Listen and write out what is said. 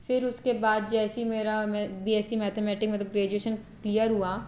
फिर उसके बाद जैसे ही मेरा मैं बी एस सी मैथमेटिक मतलब ग्रेजुएशन क्लियर हुआ